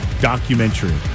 documentary